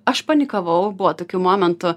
aš panikavau buvo tokių momentų